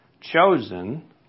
chosen